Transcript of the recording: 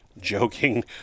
joking